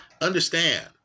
Understand